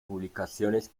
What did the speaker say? publicaciones